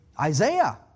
Isaiah